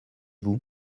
vous